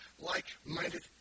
like-minded